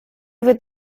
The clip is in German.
wird